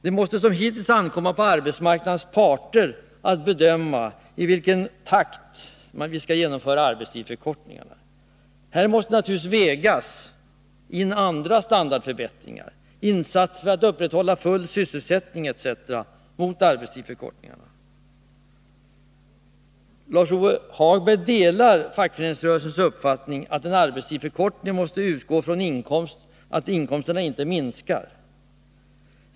Det måste som hittills ankomma på arbetsmarknadens parter att bedöma i vilken takt vi skall genomföra arbetstidsförkortningar. Härvid måste naturligtvis andra standardförbättringar, insatser för att upprätthålla full sysselsättning etc., vägas mot arbetstidsförkortningar. Lars-Ove Hagberg delar fackföreningsrörelsens uppfattning att en arbetstidsförkortning måste utgå från att inkomsterna inte minskar.